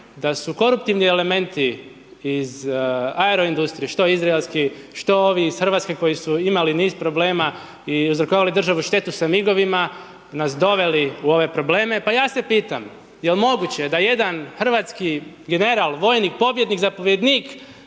da su koruptivni elementi iz aero industrije, što izraelski, što ovi iz Hrvatske koji su imali niz problema i .../nerazumljivo/... državu štetu sa MIG-ovima nas doveli u ove probleme, pa ja se pitam, je li moguće da jedan hrvatski general, vojnik, pobjednik, zapovjednik